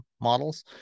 models